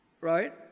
right